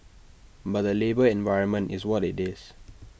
but the labour environment is what IT is